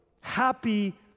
happy